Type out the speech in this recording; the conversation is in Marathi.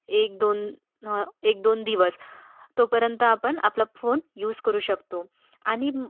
एक दोन एक दोन दिवस तोपर्यंत आपण आपला फोन यूज करू शकतो आणि